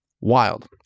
wild